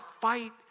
fight